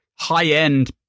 high-end